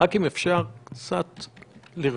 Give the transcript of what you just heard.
רק אם אפשר קצת לרכון.